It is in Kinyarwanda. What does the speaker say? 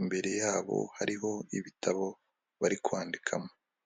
imbere yabo hariho ibitabo bari kwandikamo.